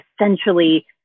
essentially